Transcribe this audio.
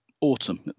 autumn